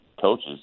coaches